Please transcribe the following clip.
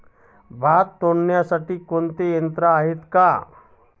भात तोडण्यासाठी कोणती यंत्रणा आहेत का?